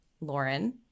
lauren